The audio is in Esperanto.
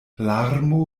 larmo